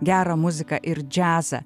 gerą muziką ir džiazą